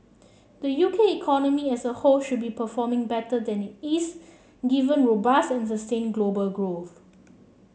the U K economy as a whole should be performing better than it is given robust and the same global growth